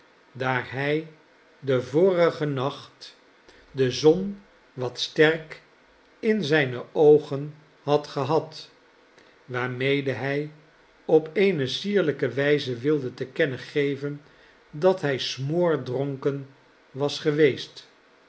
daar hij den vorigen nacht de zon wat sterk in zijne oogen had gehad waarmede hij op eene sierlijke wijze wilde te kennen geven dat hij smoordronken was geweest